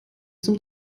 zum